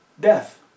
death